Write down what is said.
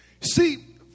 See